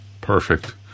perfect